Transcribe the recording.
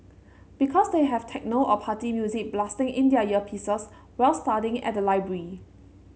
because they have techno or party music blasting in their earpieces while studying at the library